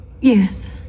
yes